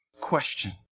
question